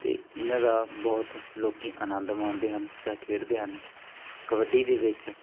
ਅਤੇ ਇਹਨਾਂ ਦਾ ਬਹੁਤ ਲੋਕ ਆਨੰਦ ਮਾਣਦੇ ਹਨ ਜਾਂ ਖੇਡਦੇ ਹਨ ਕਬੱਡੀ ਦੇ ਵਿੱਚ